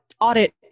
audit